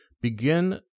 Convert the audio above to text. Begin